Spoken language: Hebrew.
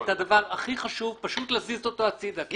אתם פשוט מזיזים הצידה את הדבר הכי חשוב.